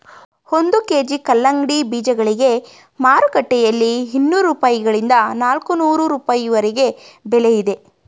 ಒಂದು ಕೆ.ಜಿ ಕಲ್ಲಂಗಡಿ ಬೀಜಗಳಿಗೆ ಮಾರುಕಟ್ಟೆಯಲ್ಲಿ ಇನ್ನೂರು ರೂಪಾಯಿಗಳಿಂದ ನಾಲ್ಕನೂರು ರೂಪಾಯಿವರೆಗೆ ಬೆಲೆ ಇದೆ